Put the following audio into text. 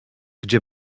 gdzie